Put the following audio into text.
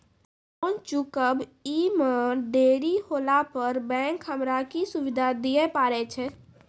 Loan चुकब इ मे देरी होला पर बैंक हमरा की सुविधा दिये पारे छै?